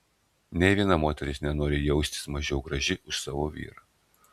nė viena moteris nenori jaustis mažiau graži už savo vyrą